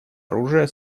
оружия